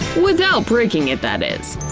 without breaking it, that is?